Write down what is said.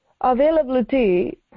Availability